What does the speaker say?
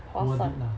划算